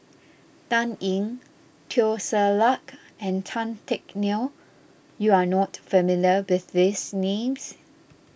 Dan Ying Teo Ser Luck and Tan Teck Neo you are not familiar with these names